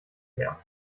mehr